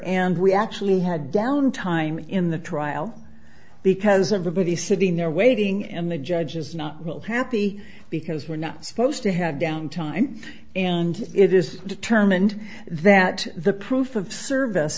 and we actually had downtime in the trial because everybody sitting there waiting and the judge is not real happy because we're not supposed to have down time and it is determined that the proof of service